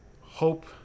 hope